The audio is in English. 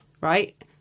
right